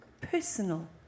personal